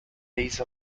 base